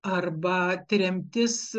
arba tremtis